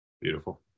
Beautiful